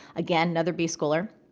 again, another b-schooler,